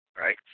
right